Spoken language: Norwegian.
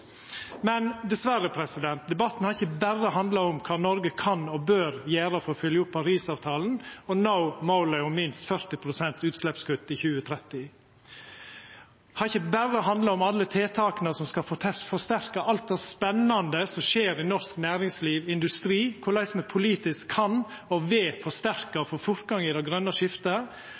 Men dessverre har ikkje debatten berre handla om kva Noreg kan og bør gjera for å fylgja opp Paris-avtalen og nå målet om minst 40 pst. utsleppskutt i 2030. Det har ikkje berre handla om alle tiltaka som skal forsterka alt det spennande som skjer i norsk næringsliv og industri, korleis me politisk kan og vil forsterka og få fortgang i det grøne skiftet,